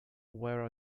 where